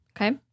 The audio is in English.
Okay